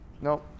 no